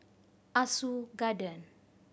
Ah Soo Garden